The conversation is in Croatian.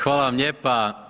Hvala vam lijepa.